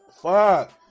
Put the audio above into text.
Fuck